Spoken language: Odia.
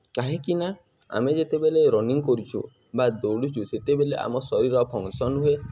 କାହିଁକିନା ଆମେ ଯେତେବେଲେ ରନିଙ୍ଗ୍ କରୁଛୁ ବା ଦୌଡ଼ୁଛୁ ସେତେବେଳେ ଆମ ଶରୀର ଫଙ୍କସନ୍ ହୁଏ